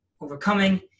overcoming